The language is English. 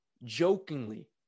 jokingly